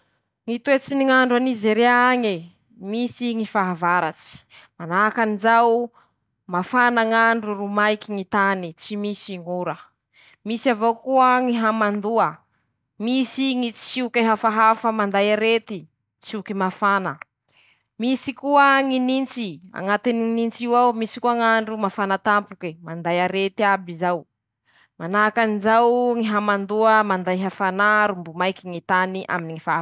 Ñy toetsy ny ñ'andro a Nizeria añe: Misy ñy fahavaratsy, manahakan'izao mafana ñ'andro ro maiky ñy tany, tsy misy ñ'ora, misy avao koa ñy hamandoa, misy ñy tsioky hafahafa manday arety, tsioky mafana5, misy koa ñy nintsy añatiny nints'io ao misy koa ñ'andro mafana tampoke manday aret'iaby zao, manahakan'izao ñy hamandoa manday hafanà ro mbo maiky ñy tany a.